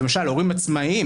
למשל להורים עצמאיים,